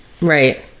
Right